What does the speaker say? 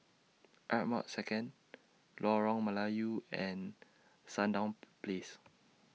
Ardmore Second Lorong Melayu and Sandown Place